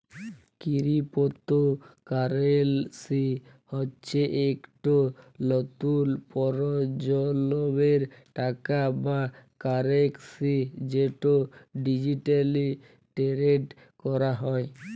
crypto currency হচ্যে ইকট লতুল পরজলমের টাকা বা কারেলসি যেট ডিজিটালি টেরেড ক্যরা হয়